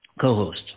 co-host